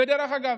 דרך אגב,